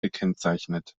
gekennzeichnet